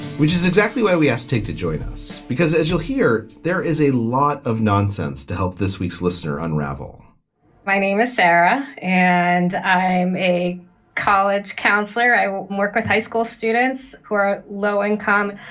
which is exactly why we asked you to join us, because as you'll hear, there is a lot of nonsense to help this week's listener unravel my name is sarah and i'm a college counselor. i work with high school students who are low income,